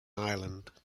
ireland